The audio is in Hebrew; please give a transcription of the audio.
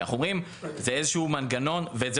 כי אנחנו אומרים זה איזשהו מנגנון וזה